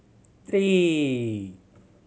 three